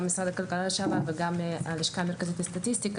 ממשרד הכלכלה לשעבר וגם מהלשכה המרכזית לסטטיסטיקה,